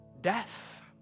death